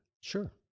Sure